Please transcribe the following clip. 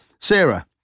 Sarah